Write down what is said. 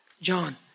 John